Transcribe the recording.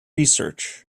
research